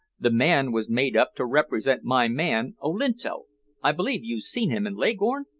the man was made up to represent my man olinto i believe you've seen him in leghorn?